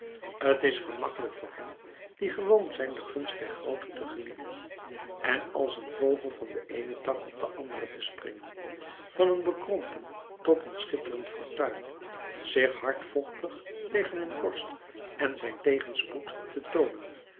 t is gemakkelijk voor hen die gewoon zijn de gunst der grooten te genieten en als een vogel van den eenen tak op den anderen te springen van een bekrompen tot een schitterend fortuin zich hardvochtig tegen hun vorst en zijn tegenspoed te toonen